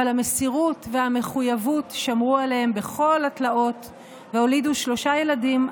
אבל המסירות והמחויבות שמרו עליהם בכל התלאות והולידו שלושה ילדים,